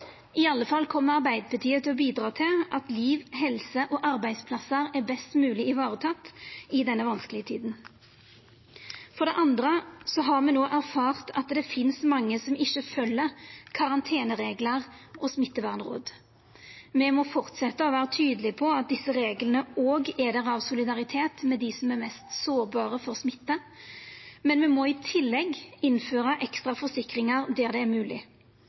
i alle fall til å bidra til at liv, helse og arbeidsplassar vert best mogleg varetekne i denne vanskelege tida. For det andre har me no erfart at det finst mange som ikkje følgjer karantenereglar og smittevernråd. Me må fortsetja å vera tydelege på at desse reglane òg er der av solidaritet med dei som er mest sårbare for smitte, men me må i tillegg innføra ekstra forsikringar der det er